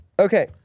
Okay